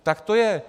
Tak to je!